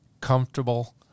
comfortable